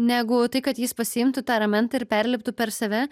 negu tai kad jis pasiimtų tą ramentą ir perliptų per save